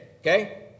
Okay